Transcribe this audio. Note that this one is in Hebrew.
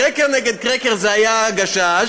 קרקר נגד קרקר זה היה הגשש,